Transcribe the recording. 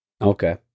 Okay